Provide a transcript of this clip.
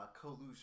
collusion